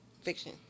Fiction